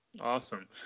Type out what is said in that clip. Awesome